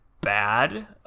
bad